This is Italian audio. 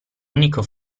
unico